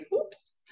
oops